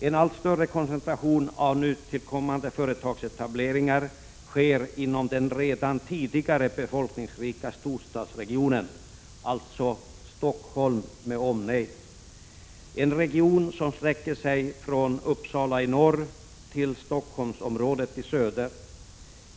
En allt större koncentration av nytillkommande företagsetableringar sker inom den redan tidigare befolkningsrika storstadsregionen, alltså Stockholm med omnejd — en region som sträcker sig från Uppsala i norr till Stockholmsområdet i söder.